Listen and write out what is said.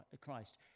Christ